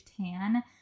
tan